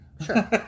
sure